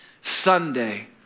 Sunday